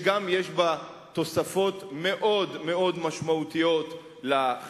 גם יש בה תוספות מאוד משמעותיות לחברה,